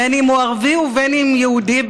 בין שהוא ערבי ובין שהוא יהודי,